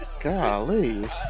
Golly